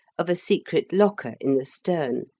of a secret locker in the stern.